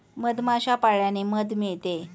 मधमाश्या पाळल्याने मध मिळते